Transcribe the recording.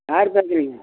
யார் பேசறீங்க